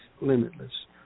limitless